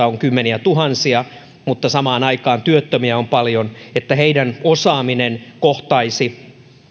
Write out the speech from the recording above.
on kymmeniätuhansia mutta samaan aikaan työttömiä on paljon eli siihen että heidän osaamisensa kohtaisi